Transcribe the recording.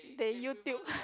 the YouTube